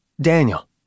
Daniel